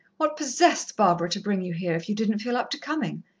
what possessed barbara to bring you here, if you didn't feel up to coming?